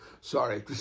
Sorry